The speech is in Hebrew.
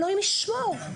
אלוהים ישמור,